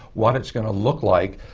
what it's gonna look like.